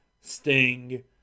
Sting